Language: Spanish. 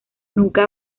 nunca